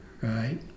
right